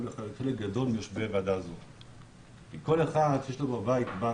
כל אחד שיש לו בבית בת